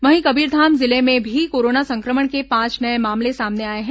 वहीं कबीरधाम जिले में भी कोरोना संक्रमण के पांच नये मामले सामने आए हैं